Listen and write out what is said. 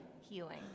healing